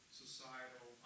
societal